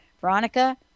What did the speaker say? Veronica